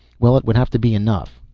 well, it would have to be enough.